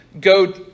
go